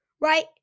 right